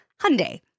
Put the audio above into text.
Hyundai